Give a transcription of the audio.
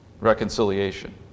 reconciliation